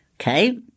Okay